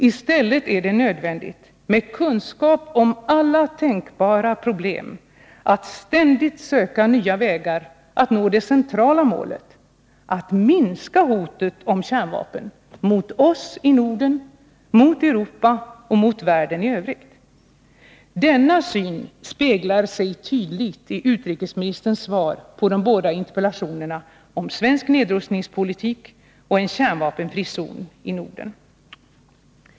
I stället är det nödvändigt — med kunskap om alla tänkbara problem — att ständigt söka nya vägar och nå det centrala målet: att minska hotet om kärnvapen mot oss i Norden, mot Europa och mot världen i övrigt. Denna syn speglar sig tydligt i utrikesministerns svar på de båda interpellationerna om svensk nedrustningspolitik och en kärnvapenfri zon i Norden.